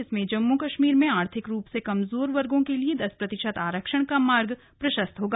इसमें जम्मू कश्मीर में आर्थिक रूप से कमजोर वर्गों के लिए दस प्रतिशत आरक्षण का मार्ग प्रशस्त होगा